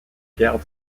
pierre